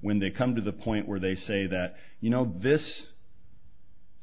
when they come to the point where they say that you know this